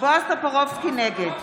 נגד